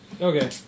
Okay